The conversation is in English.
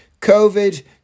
COVID